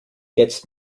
jetzt